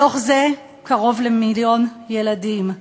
מתוך זה קרוב למיליון ילדים.